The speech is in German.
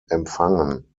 empfangen